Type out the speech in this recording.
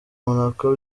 monaco